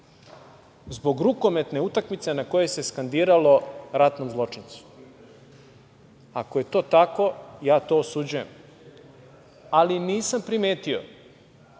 zbog rukometne utakmice na kojoj se skandiralo ratnom zločincu. Ako je to tako, ja to osuđujem. Ali, nisam primetio